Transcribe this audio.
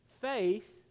Faith